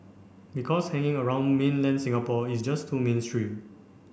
because hanging around mainland Singapore is just too mainstream